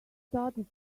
started